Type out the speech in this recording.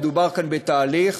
מדובר כאן בתהליך,